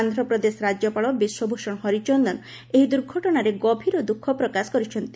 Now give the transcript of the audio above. ଆନ୍ଧ୍ରପ୍ରଦେଶ ରାଜ୍ୟପାଳ ବିଶ୍ୱଭୂଷଣ ହରିଚନ୍ଦନ ଏହି ଦୁର୍ଘଟଣାରେ ଗଭୀର ଦୁଃଖ ପ୍ରକାଶ କରିଛନ୍ତି